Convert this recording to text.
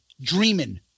dreaming